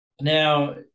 now